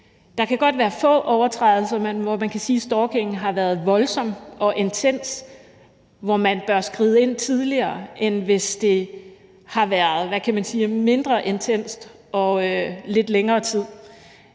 der kan godt være få overtrædelser, hvor man kan sige, at stalkingen har været voldsom og intens, og hvor man bør skride ind tidligere, end hvis det har været, hvad kan man sige, mindre intenst og over lidt længere tid.